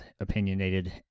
opinionated